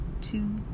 two